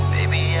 Baby